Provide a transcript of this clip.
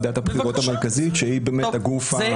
אנחנו עובדים יחד עם ועדת הבחירות כדי להביא לוועדת העבודה